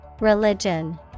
Religion